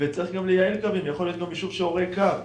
צריך גם לייעל קווים יכול להיות גם יישוב שהורס קו.